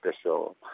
special